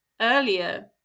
earlier